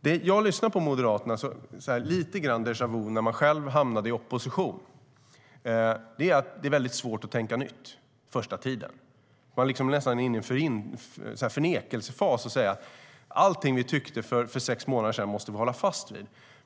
När jag lyssnar på Moderaterna blir det lite déjà vu-upplevelse av när man själv hamnade i opposition, nämligen att det är mycket svårt att tänka nytt första tiden. Man är nästan inne i en förnekelsefas och säger: Allt vi tyckte för sex månader sedan måste vi hålla fast vid.